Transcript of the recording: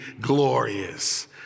glorious